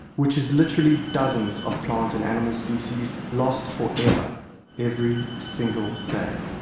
which is literally dozens of plant and animal species lost forever every single day.